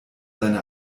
seine